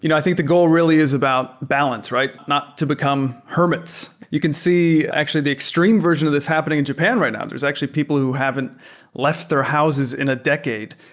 you know i think the goal really is about balance, right? not to become hermits. you can see actually the extreme version of this happening in japan right now. there are actually people who haven't left their houses in a decade,